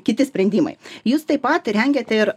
kiti sprendimai jūs taip pat rengiate ir